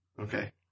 Okay